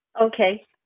Okay